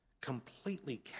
completely